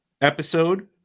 episode